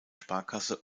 sparkasse